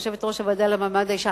יושבת-ראש הוועדה למעמד האשה,